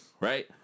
Right